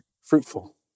fruitful